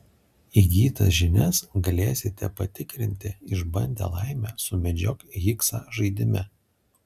įgytas žinias galėsite patikrinti išbandę laimę sumedžiok higsą žaidime